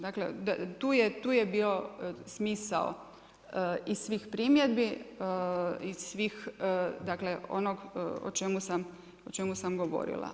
Dakle, tu je bio smisao i svih primjedbi i svih, dakle onog o čemu sam govorila.